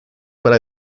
para